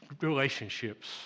relationships